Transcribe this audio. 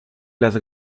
las